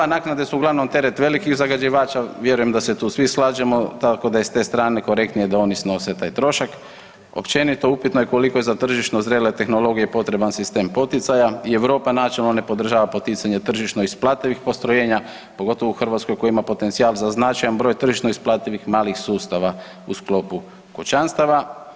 CO2 naknade su uglavnom teret velikih zagađivača, vjerujem da se tu svi slažemo tako da je s te strane korektnije da oni snose taj trošak, općenito upitno je koliko je za tržišno zrele tehnologije potreban sistem poticaja i Europa načelno ne podržava poticanje tržišno isplativih postrojenja, pogotovo u Hrvatskoj koja ima potencijal za značajan broj tržišno isplativih malih sustava u sklopu kućanstava.